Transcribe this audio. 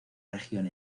región